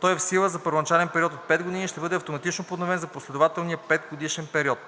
Той е в сила за първоначален период от пет години и ще бъде автоматично подновяван за последователни петгодишни периоди.